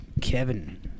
Kevin